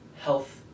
health